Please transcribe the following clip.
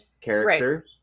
character